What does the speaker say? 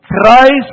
Christ